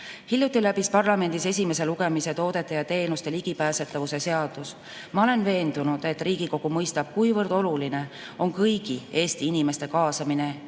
läbis parlamendis esimese lugemise toodete ja teenuste ligipääsetavuse seadus. Ma olen veendunud, et Riigikogu mõistab, kuivõrd oluline on kõigi Eesti inimeste kaasamine